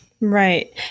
right